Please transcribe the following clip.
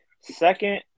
second